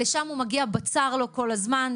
לשם הוא מגיע בצר לו כל הזמן,